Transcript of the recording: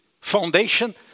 foundation